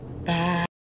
bye